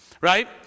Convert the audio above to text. right